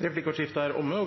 Replikkordskiftet er omme.